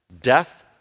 Death